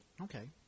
Okay